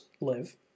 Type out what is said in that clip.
live